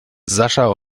sascha